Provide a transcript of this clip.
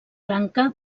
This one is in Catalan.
branca